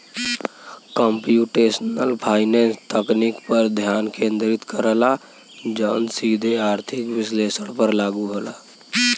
computational finance तकनीक पर ध्यान केंद्रित करला जौन सीधे आर्थिक विश्लेषण पर लागू होला